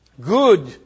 good